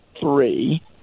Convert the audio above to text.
three